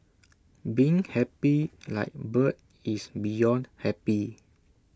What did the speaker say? being happy like bird is beyond happy